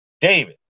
David